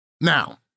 Now